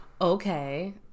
okay